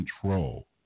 control